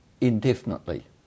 indefinitely